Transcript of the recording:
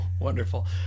wonderful